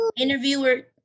interviewer